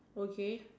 okay